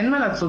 אין מה לעשות.